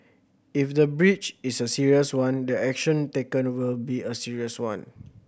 if the breach is a serious one the action taken will be a serious one